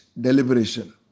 deliberation